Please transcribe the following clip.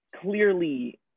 clearly